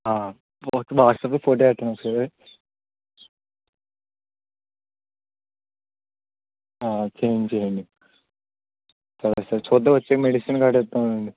food items ఇవి చేయండి చేయండి సరే సార్ చూద్దాం వచ్చే మెడిసిన్ లాంటిది ఇద్దాం లేండి